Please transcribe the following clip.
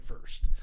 first